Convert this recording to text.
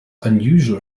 unusual